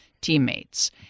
teammates